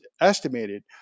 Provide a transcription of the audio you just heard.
estimated